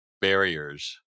barriers